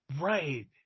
Right